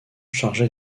chargé